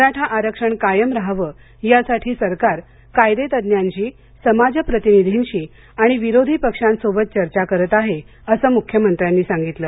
मराठा आरक्षण कायम रहावं यासाठी सरकार कायदेतज्ज्ञांशी समाज प्रतिनिधींशी आणि विरोधी पक्षांसोबत चर्चा करत आहे असं मुख्यमंत्र्यांनी सांगितलं